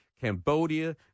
Cambodia